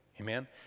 Amen